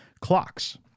clocks